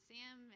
Sam